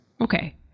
Okay